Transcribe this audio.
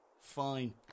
Fine